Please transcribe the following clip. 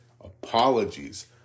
apologies